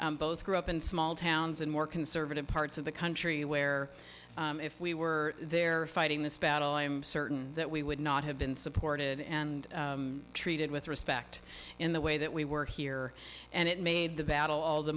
both grew up in small towns in more conservative parts of the country where if we were there fighting this battle i am certain that we would not have been supported and treated with respect in the way that we were here and it made the battle all the